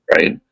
right